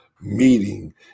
meeting